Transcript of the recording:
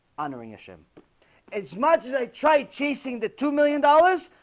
honoring a shame as much as i tried chasing the two million dollars.